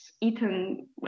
eaten